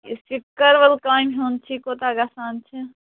یُس یہِ کٔروَل کامہِ ہُنٛد چھُ یہِ کوٗتاہ گَژھان چھِ